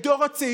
את דור הצעירים,